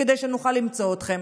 כדי שנוכל למצוא אתכם.